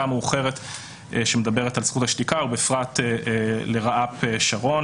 המאוחרת שמדברת על זכות השתיקה ובפרט לרעת שרון.